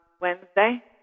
Wednesday